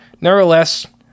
Nevertheless